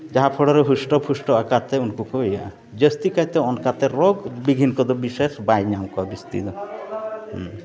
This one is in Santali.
ᱦᱩᱥᱴᱚ ᱯᱩᱥᱴᱚ ᱟᱠᱟᱨ ᱛᱮ ᱩᱱᱠᱩ ᱠᱚ ᱤᱭᱟᱹᱜᱼᱟ ᱡᱟᱹᱥᱛᱤ ᱠᱟᱭᱛᱮ ᱚᱱᱠᱟᱛᱮ ᱨᱳᱜᱽ ᱵᱤᱜᱷᱤᱱ ᱠᱚᱫᱚ ᱵᱤᱥᱮᱹᱥ ᱵᱟᱭ ᱧᱟᱢ ᱠᱚᱣᱟ ᱵᱤᱥᱛᱤ ᱫᱚ ᱦᱮᱸ